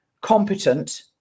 competent